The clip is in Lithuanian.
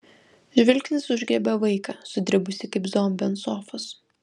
žvilgsnis užgriebė vaiką sudribusį kaip zombį ant sofos